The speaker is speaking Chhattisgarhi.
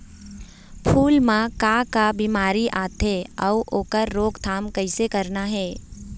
फूल म का का बिमारी आथे अउ ओखर रोकथाम कइसे करना हे?